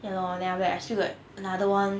ya lor then after that I still got another one